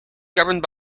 governed